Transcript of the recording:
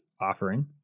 offering